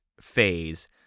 phase